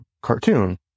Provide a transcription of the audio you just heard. cartoon